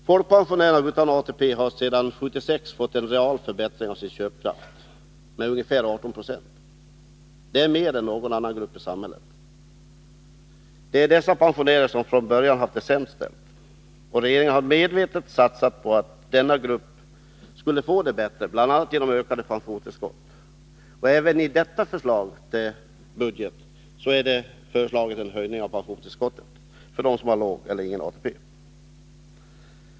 Folkpensionärer utan ATP har sedan 1976 fått en real förbättring av sin köpkraft med ungefär 18 Zo. Det är mer än någon annan grupp i samhället. Det är dessa pensionärer som från början har haft det sämst ställt. Regeringen har medvetet satsat på att denna grupp skulle få det bättre, bl.a. genom ökade pensionstillskott. Även i detta förslag till budget föreslås en höjning av pensionstillskotten för dem som har låg eller ingen ATP.